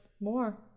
more